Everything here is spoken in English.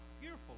fearful